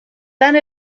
tant